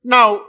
Now